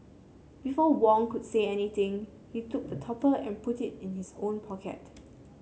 before Wong could say anything he took the topper and put it in his own pocket